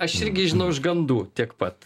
aš irgi žinau iš gandų tiek pat